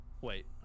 Wait